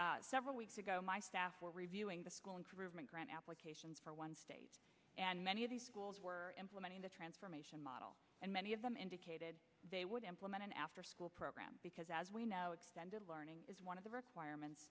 example several weeks ago my staff were reviewing the school improvement grant applications for one stage and many of the schools were implementing the transformation model and many of them indicated they would implement an afterschool program because as we know extended learning is one of the requirements